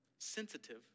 sensitive